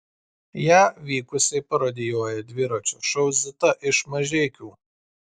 ją vykusiai parodijuoja dviračio šou zita iš mažeikių